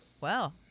Wow